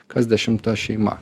kas dešimta šeima